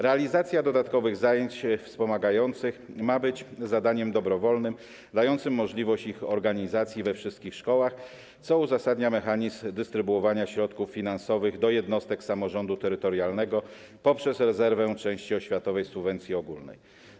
Realizacja dodatkowych zajęć wspomagających ma być zadaniem dobrowolnym, dającym możliwość ich organizacji we wszystkich szkołach, co uzasadnia mechanizm dystrybuowania środków finansowych do jednostek samorządu terytorialnego poprzez rezerwę części oświatowej subwencji ogólnej.